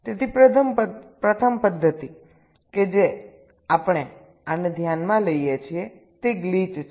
તેથી પ્રથમ પદ્ધતિ કે જે આપણે આને ધ્યાનમાં લઈએ છીએ તે ગ્લિચ છે